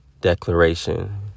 declaration